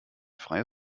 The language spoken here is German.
freie